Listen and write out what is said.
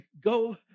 Go